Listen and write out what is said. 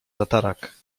tatarak